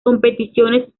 competiciones